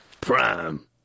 Prime